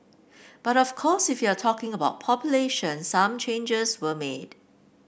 but of course if you're talking about population some changes were made